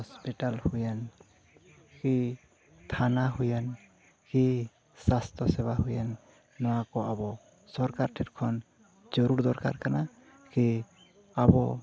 hospital ᱦᱩᱭᱮᱱ ᱠᱤ ᱛᱷᱟᱱᱟ ᱦᱩᱭᱮᱱ ᱠᱤ ᱥᱟᱥᱛᱷᱚ ᱥᱮᱵᱟ ᱦᱩᱭᱮᱱ ᱱᱚᱣᱟ ᱠᱚ ᱟᱵᱚ ᱥᱚᱨᱠᱟᱨ ᱴᱷᱮᱱ ᱠᱷᱚᱱ ᱪᱟᱹᱞᱩ ᱫᱚᱨᱠᱟᱨ ᱠᱟᱱᱟ ᱠᱤ ᱟᱵᱚ